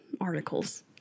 articles